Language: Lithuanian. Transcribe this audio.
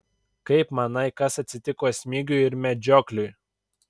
kaip manai kas atsitiko smigiui ir medžiokliui